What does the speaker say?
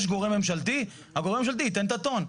יש גורם ממשלתי, הגורם הממשלתי יתן את הטון.